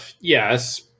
Yes